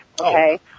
okay